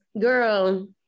girl